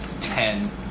Ten